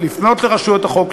לפנות לרשויות החוק,